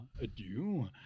adieu